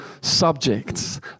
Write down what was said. subjects